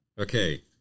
Okay